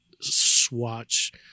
Swatch